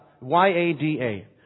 Y-A-D-A